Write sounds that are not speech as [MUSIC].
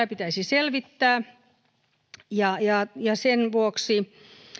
[UNINTELLIGIBLE] pitäisi selvittää ja ja sen vuoksi